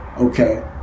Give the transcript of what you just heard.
okay